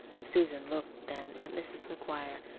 susan looked then at mrs. mcguire.